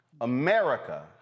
America